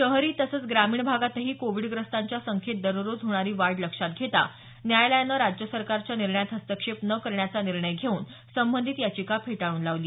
शहरी तसंच ग्रामीण भागातही कोविडग्रस्तांच्या संख्येत दररोज होणारी वाढ लक्षात घेता न्यायालयानं राज्य सरकारच्या निर्णयात हस्तक्षेप न करण्याचा निर्णय घेऊन संबंधित याचिका फेटाळून लावली